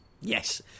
yes